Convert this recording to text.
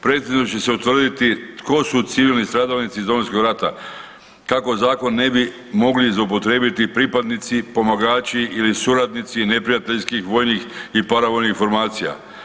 Prethodno će se utvrditi tko su civilni stradalnici iz Domovinskog rata, kako zakon ne bi mogli zloupotrijebiti pripadnici, pomagači ili suradnici neprijateljskih vojnih i paravojnih formacija.